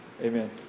Amen